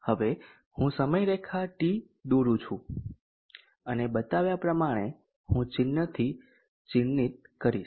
હવે હું સમયરેખા t દોરૂ છું અને બતાવ્યા પ્રમાણે હું ચિહ્નથી ચિહ્નિત કરીશ